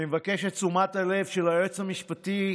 אני מבקש את תשומת הלב של היועץ המשפטי,